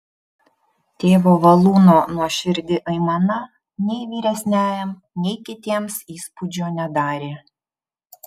tėvo valūno nuoširdi aimana nei vyresniajam nei kitiems įspūdžio nedarė